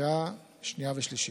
לקריאה שנייה ושלישית.